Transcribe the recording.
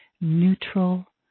neutral